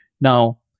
Now